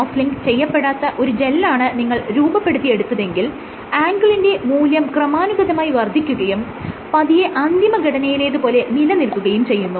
cross link ചെയ്യപ്പെടാത്ത ഒരു ജെല്ലാണ് നിങ്ങൾ രൂപപ്പെടുത്തി എടുത്തതെങ്കിൽ ആംഗിളിന്റെ മൂല്യം ക്രമാനുഗതമായി വർദ്ധിക്കുകയും പതിയെ അന്തിമ ഘടനയിലേതുപോലെ നിലനിൽക്കുകയും ചെയ്യുന്നു